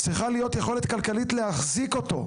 צריכה להיות יכולת כלכלית להחזיק אותו,